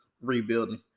rebuilding